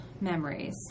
memories